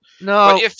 No